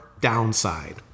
downside